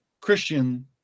Christian